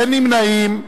אין נמנעים.